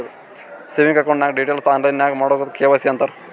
savings account ನಾಗ್ details online ನಾಗ್ ಮಾಡದುಕ್ ಕೆ.ವೈ.ಸಿ ಅಂತಾರ್